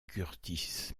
kurtis